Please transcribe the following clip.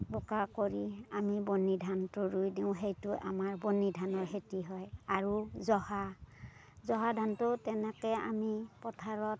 বোকা কৰি আমি বনি ধানটো ৰুই দিওঁ সেইটো আমাৰ বনি ধানৰ খেতি হয় আৰু জহা জহা ধানটো তেনেকে আমি পথাৰত